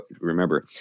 remember